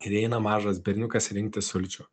ir eina mažas berniukas rinktis sulčių